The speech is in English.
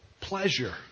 pleasure